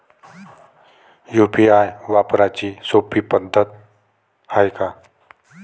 UPI वापराची सोपी पद्धत हाय का?